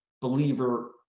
believer